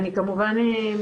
ד"ר דורית אדלר,